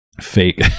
fake